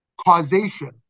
causation